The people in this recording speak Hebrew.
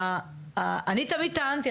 אני תמיד טענתי,